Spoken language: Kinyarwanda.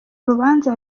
rubanza